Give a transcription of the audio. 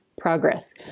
progress